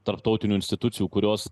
tarptautinių institucijų kurios